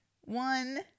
one